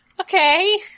okay